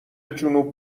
جنوب